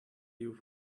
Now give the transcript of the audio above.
you